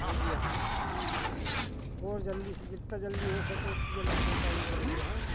हाँ जी हाँ जी हाँ जी और जल्दी से जल्दी जितना जल्दी हो सके उतनी जल्दी पहुँचाइए बड़े भैया हैं